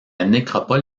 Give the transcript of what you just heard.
nécropole